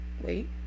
wait